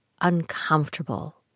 uncomfortable